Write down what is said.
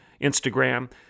Instagram